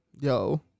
yo